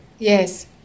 Yes